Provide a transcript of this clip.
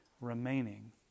remaining